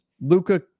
Luca